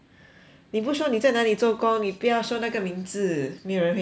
你不说你在哪里做工你不要说那个名字没有人会懂 bah